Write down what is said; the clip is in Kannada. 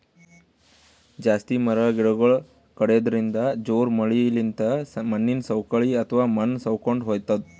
ಜಾಸ್ತಿ ಮರ ಗಿಡಗೊಳ್ ಕಡ್ಯದ್ರಿನ್ದ, ಜೋರ್ ಮಳಿಲಿಂತ್ ಮಣ್ಣಿನ್ ಸವಕಳಿ ಅಥವಾ ಮಣ್ಣ್ ಸವಕೊಂಡ್ ಹೊತದ್